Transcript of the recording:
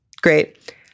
great